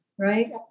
right